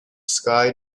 sky